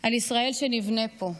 על ישראל שנבנה פה.